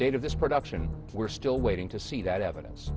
date of this production we're still waiting to see that evidence